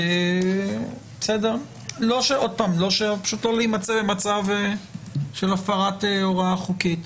פשוט כדי לא להימצא במצב של הפרת הוראה חוקית.